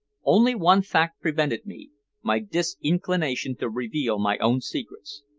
only one fact prevented me my disinclination to reveal my own secrets.